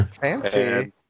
fancy